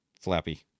flappy